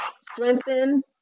strengthen